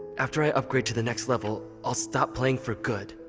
after i upgrade to the next level, i'll stop playing for good!